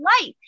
life